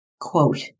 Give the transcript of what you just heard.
Quote